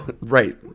right